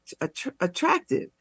Attractive